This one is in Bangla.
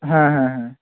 হ্যাঁ হ্যাঁ হ্যাঁ